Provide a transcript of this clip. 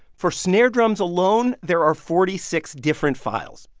for snare drums alone, there are forty six different files,